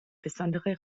besondere